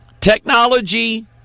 Technology